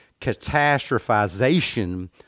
catastrophization